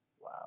Wow